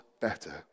better